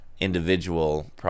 individual